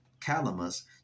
calamus